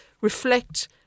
reflect